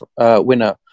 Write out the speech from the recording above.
winner